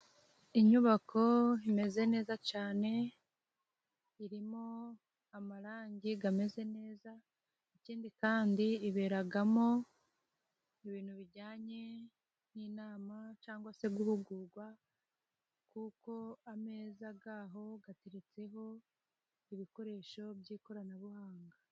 Inyubako imeze neza cyane, irimo amarangi ameze neza, ikindi kandi iberamo ibintu bijyanye n'inama cyangwa se guhugurwa, kuko ameza yaho ateretseho ibikoresho by'ikoranabuhanga.